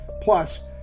Plus